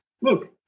look